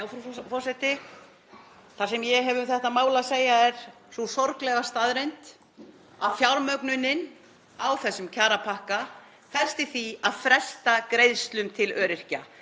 Frú forseti. Það sem ég hef um þetta mál að segja er sú sorglega staðreynd að fjármögnunin á þessum kjarapakka felst í því að fresta greiðslum til öryrkja,